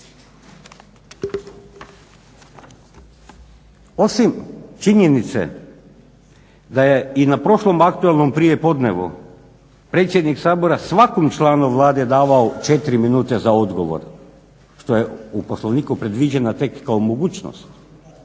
Osim, činjenice da je i na prošlom aktualnom prijepodnevu predsjednik Sabora svakom članu Vlade davao četiri minute za odgovor što je u Poslovniku predviđena tek kao mogućnost,